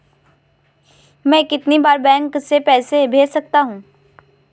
मैं कितनी बार बैंक से पैसे भेज सकता हूँ?